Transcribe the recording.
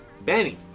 Benny